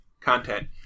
content